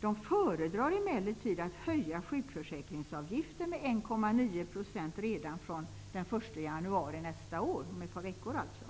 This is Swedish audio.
De föredrar emellertid att höja sjukförsäkringsavgiften med 1,9 % redan från den 1 januari nästa år. Om ett par veckor alltså.